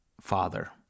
Father